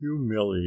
humiliate